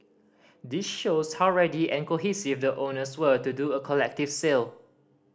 this shows how ready and cohesive the owners were to do a collective sale